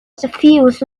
suffused